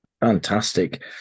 Fantastic